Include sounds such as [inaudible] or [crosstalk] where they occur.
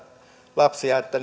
lapsia että [unintelligible]